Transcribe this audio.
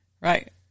right